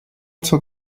zur